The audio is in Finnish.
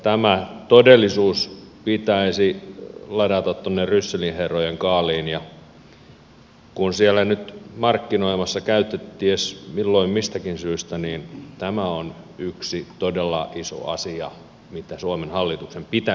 tämä todellisuus pitäisi ladata tuonne rysselin herrojen kaaliin ja kun siellä nyt on markkinoimassa käyty milloin mistäkin syystä niin tämä on yksi todella iso asia mitä suomen hallituksen pitäisi tehdä